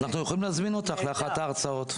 אנחנו יכולים להזמין אותך לאחת ההרצאות.